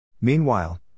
Meanwhile